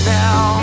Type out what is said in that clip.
now